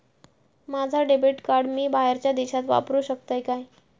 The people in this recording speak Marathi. माझा डेबिट कार्ड मी बाहेरच्या देशात वापरू शकतय काय?